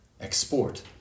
export